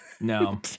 no